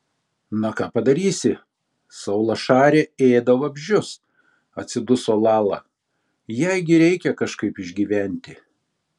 na ką padarysi saulašarė ėda vabzdžius atsiduso lala jai gi reikia kažkaip išgyventi